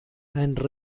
and